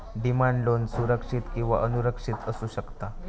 demand loan सुरक्षित किंवा असुरक्षित असू शकता